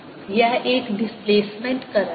यह एक displacement current है